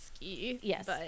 yes